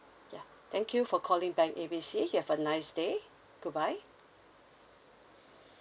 ya thank you for calling bank A B C you have a nice day goodbye